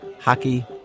Hockey